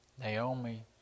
Naomi